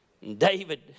David